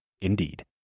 Indeed